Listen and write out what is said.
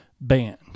band